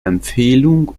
empfehlung